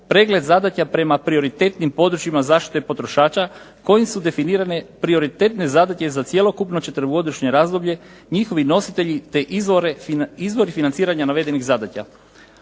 pregled zadaća prema prioritetnim područjima zaštite potrošača kojim su definirane prioritetne zadaće za cjelokupno četverogodišnje razdoblje, njihovi nositelji te izvori financiranja navedenih zadaća.